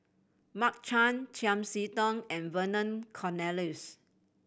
Mark Chan Chiam See Tong and Vernon Cornelius